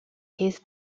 his